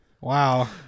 Wow